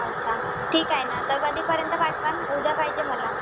अच्छा ठीक आहे ना तर कधीपर्यंत पाठवाल उद्या पाहिजे मला